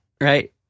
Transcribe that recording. Right